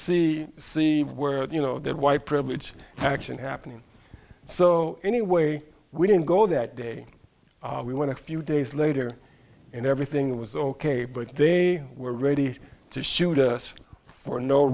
see see where you know that white privilege action happening so anyway we didn't go that day we went a few days later and everything was ok but they were ready to shoot us for no